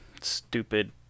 stupid